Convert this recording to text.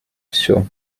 все